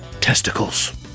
testicles